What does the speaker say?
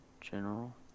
general